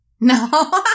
no